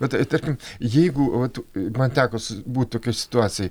bet ta tarkim jeigu vat man teko būt tokioj situacijoj